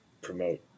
promote